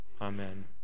Amen